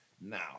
Now